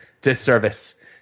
disservice